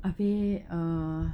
habis err